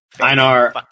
Einar